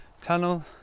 tunnel